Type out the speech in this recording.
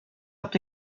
habt